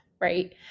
right